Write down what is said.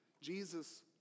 Jesus